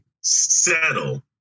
settle